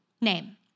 name